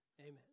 Amen